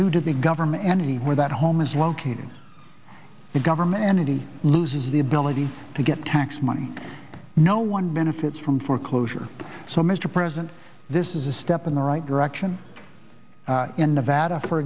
do to the government and where that home is located the government entity loses the ability to get tax money no one benefits from foreclosure so mr president this is a step in the right direction in nevada for